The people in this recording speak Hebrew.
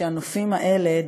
שהנופים האלה,